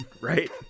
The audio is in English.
right